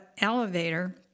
elevator